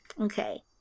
Okay